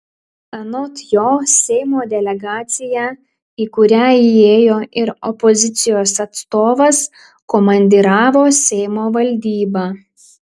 anot jo seimo delegaciją į kurią įėjo ir opozicijos atstovas komandiravo seimo valdyba